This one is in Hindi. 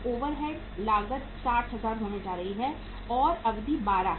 ओवरहेड लागत 60000 होने जा रही है और अवधि 12 है